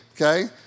okay